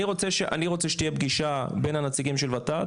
אני רוצה שתהיה פגישה בין הנציגים של ות"ת,